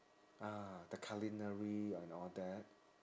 uh the culinary and all that